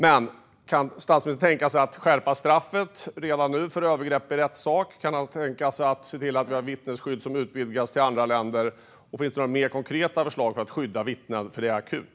Kan statsministern redan nu tänka sig att skärpa straffet för övergrepp i rättssak? Kan han tänka sig att se till att vi får vittnesskydd som utvidgas till andra länder? Finns det fler konkreta förslag för att skydda vittnen? Det är akut.